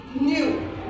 new